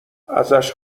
ازش